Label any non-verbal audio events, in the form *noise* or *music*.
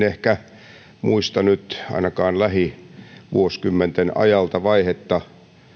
*unintelligible* ehkä muista nyt ainakaan lähivuosikymmenten ajalta vaihetta